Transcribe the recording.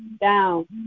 down